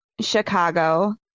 Chicago